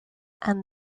and